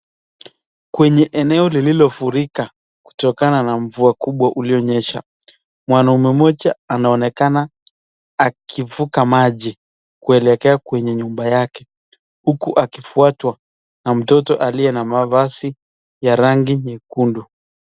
Kwenye eneo lilifurika kutoka na mvua kubwa iliyonyesha, mwanaume moja anaonekana akifuka maji kuelekea kwenye nyumba yake huku akifuatwa na mtoto aliye na mafasi ya rangi nyekundu.